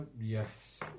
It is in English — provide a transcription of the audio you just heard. yes